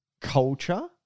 culture